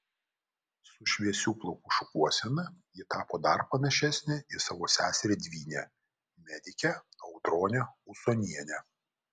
su šviesių plaukų šukuosena ji tapo dar panašesnė į savo seserį dvynę medikę audronę usonienę